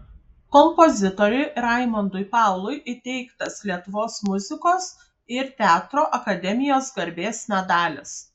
kompozitoriui raimondui paului įteiktas lietuvos muzikos ir teatro akademijos garbės medalis